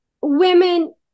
women